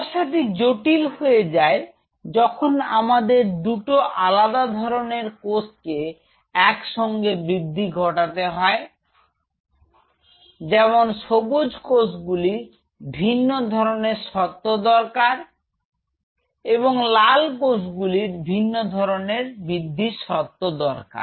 সমস্যাটি জটিল হয়ে যায় যখন আমাদের দুটো আলাদা ধরনের কোষ কে একসঙ্গে বৃদ্ধি ঘটাতে হয় যেমন সবুজ কোষ গুলি ভিন্ন ধরনের শর্ত দরকার এবং লাল কোষগুলির ভিন্ন ধরনের বৃদ্ধির শর্ত দরকার